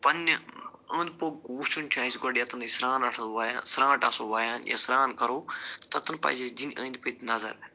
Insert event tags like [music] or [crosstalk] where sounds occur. پنٛنہِ اوٚنٛد پوٚک وٕچھُن چھِ اَسہِ گۄڈٕنٮ۪تھٕے نٕے سرٛان [unintelligible] وایان سرٛانٛٹھ آسو وایان یا سرٛان کَرو توٚتَن پَزِ اَسہِ دِنۍ أندۍ پٔتۍ نظر